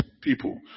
people